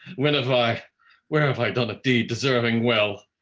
when have i where have i done a deed deserving well?